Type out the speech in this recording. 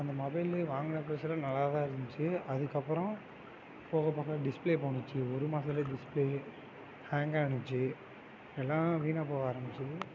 அந்த மொபைலு வாங்கின புதுசில் நல்லா தான் இருந்துச்சு அதுக்கு அப்புறம் போக போக டிஸ்பிளே போணுச்சு ஒரு மாதத்துலையே டிஸ்பிளே கேங் ஆகிச்சி எல்லாம் வீணாக போக ஆரமித்தது